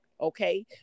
Okay